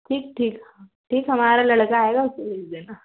ठीक ठीक ठीक हमारा लड़का आएगा उसे भेज देना